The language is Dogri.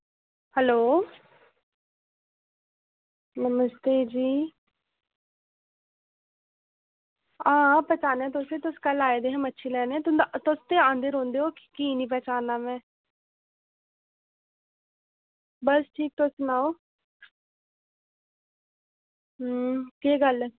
हैलो नमस्ते जी हां पहचानेआ तुस तुस कल आए दे हे मच्छी लैने ई तुंदा तुस ते आंदे रौंह्दे ओ की निं पहचानना में बस ठीक तुस सनाओ हूं केह् गल्ल ऐ